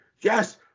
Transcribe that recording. yes